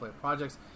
projects